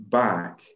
back